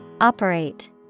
Operate